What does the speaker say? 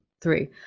three